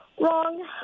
Wrong